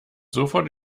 sofort